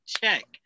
check